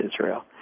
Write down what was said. Israel